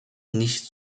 nichts